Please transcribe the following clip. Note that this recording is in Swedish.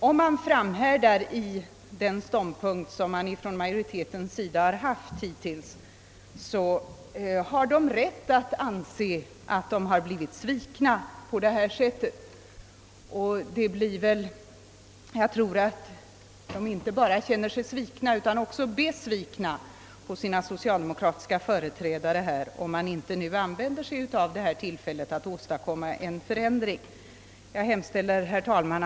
Om man framhärdar i den ståndpunkt som utskottsmajoriteten intagit, har de berörda onekligen rätt att anse sig svikna av — och även besvikna på — sina socialdemokratiska företrädare, om dessa inte använder sig av tillfället att nu åstadkomma en ändring. Herr talman!